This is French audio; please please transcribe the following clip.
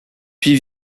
puis